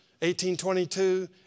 1822